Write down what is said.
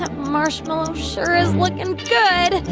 ah marshmallow sure is looking good